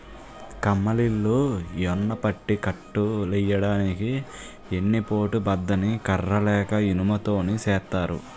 కమ్మలిల్లు యెన్నుపట్టి కట్టులెయ్యడానికి ఎన్ని పోటు బద్ద ని కర్ర లేక ఇనుము తోని సేత్తారు